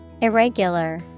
Irregular